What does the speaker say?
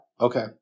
Okay